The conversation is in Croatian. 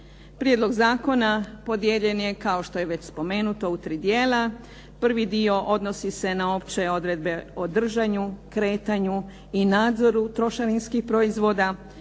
Prijedlog zakona podijeljen je, kao što je već spomenuto u tri dijela. Prvi dio odnosi se na opće odredbe o držanju, kretanju i nadzoru trošarinskih proizvoda.